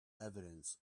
evidence